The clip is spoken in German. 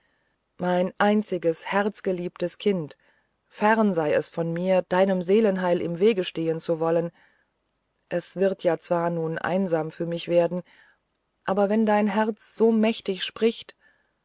mein einziges herzgeliebtes kind fern sei es von mir deinem seelenheil im wege stehen zu wollen es wird ja zwar nun einsam für mich werden aber wenn dein herz so mächtig spricht